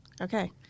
Okay